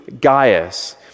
Gaius